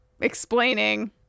explaining